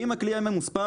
אם הכלי היה ממוספר,